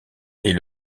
est